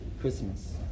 Christmas